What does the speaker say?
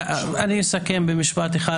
אסכם במשפט אחד.